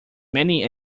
many